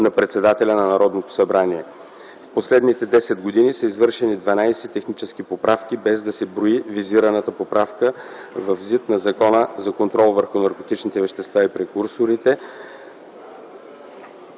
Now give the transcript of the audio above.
на председателя на Народното събрание. За последните 10 години са извършени 12 технически поправки – без да се брои визираната поправка в ЗИД на Закона за контрол върху наркотичните вещества и прекурсорите.